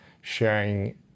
sharing